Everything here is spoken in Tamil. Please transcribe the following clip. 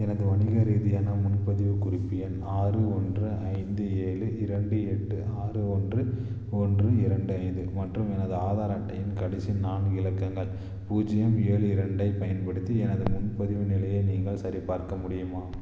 எனது வணிக ரீதியான முன்பதிவுக் குறிப்பு எண் ஆறு ஒன்று ஐந்து ஏழு இரண்டு எட்டு ஆறு ஒன்று ஒன்று இரண்டு ஐந்து மற்றும் எனது ஆதார் அட்டையின் கடைசி நான்கு இலக்கங்கள் பூஜ்ஜியம் ஏழு இரண்டைப் பயன்படுத்தி எனது முன்பதிவின் நிலையை நீங்கள் சரிபார்க்க முடியுமா